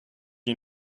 you